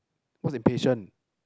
what's impatient